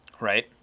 right